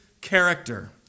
Character